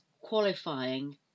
qualifying